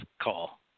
call